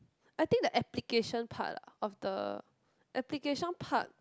I think the application part of the application part